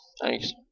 Thanks